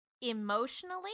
emotionally